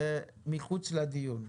זה מחוץ לדיון.